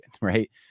Right